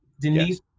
Denise